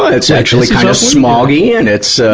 but it's actually kind of smoggy. and it's, ah,